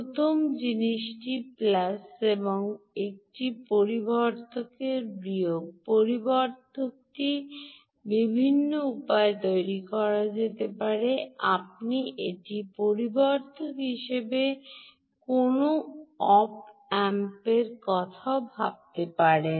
প্রথম জিনিসটি প্লাস এবং একটি পরিবর্ধক এর বিয়োগ পরিবর্ধকটি বিভিন্ন উপায়ে তৈরি করা যেতে পারে আপনি একটি পরিবর্ধক হিসাবে কোনও ওপ অ্যাম্পের কথাও ভাবতে পারেন